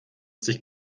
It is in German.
sich